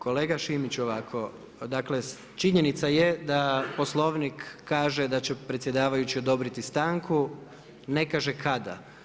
Kolega Šimić ovako dakle činjenica je da Poslovnik kaže da će predsjedavajući odobriti stranku, ne kaže kada.